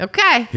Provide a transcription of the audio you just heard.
Okay